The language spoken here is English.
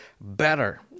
...better